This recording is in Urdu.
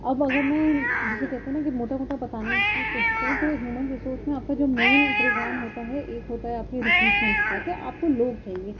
اب اگر میں جسے کہتے نا کہ موٹا موٹا بتانے کی کوشش کروں تو ہیومن ریسورس میں آپ کا جو مین پروگرام ہوتا ہے ایک ہوتا ہے آپ کے ریکروٹمنٹ کا کہ آپ کو لوگ چاہئیں